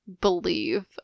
believe